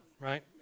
Right